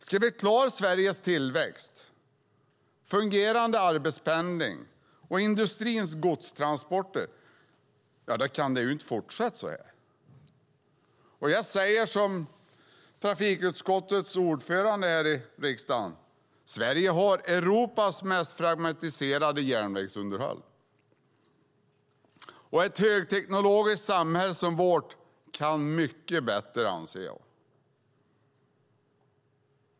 Ska vi klara Sveriges tillväxt, fungerande arbetspendling och industrins godstransporter kan det inte fortsätta så här. Jag säger som trafikutskottets ordförande här i riksdagen: Sverige har Europas mest fragmentiserade järnvägsunderhåll. Ett högteknologiskt samhälle som vårt kan mycket bättre, anser jag.